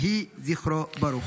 יהי זכרו ברוך.